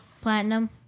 platinum